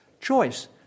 choice